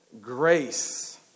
grace